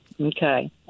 Okay